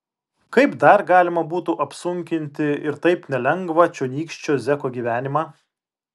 kaip dar galima būtų apsunkinti ir taip nelengvą čionykščio zeko gyvenimą